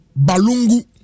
balungu